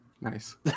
nice